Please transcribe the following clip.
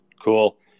Cool